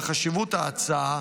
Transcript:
בחשיבות ההצעה,